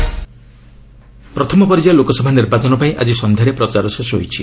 election ପ୍ରଥମ ପର୍ଯ୍ୟାୟ ଲୋକସଭା ନିର୍ବାଚନ ପାଇଁ ଆଜି ସନ୍ଧ୍ୟାରେ ପ୍ରଚାର ଶେଷ ହୋଇଛି